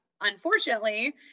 unfortunately